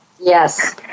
Yes